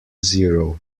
zero